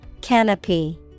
Canopy